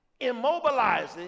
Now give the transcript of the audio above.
immobilizing